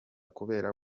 kubera